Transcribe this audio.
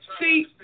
see